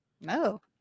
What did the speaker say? No